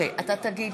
סיימנו?